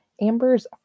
Amber's